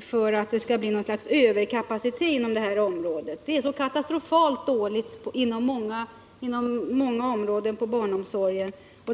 för överkapacitet på detta område. Läget är katastrofalt dåligt på många områden inom barnomsorgen.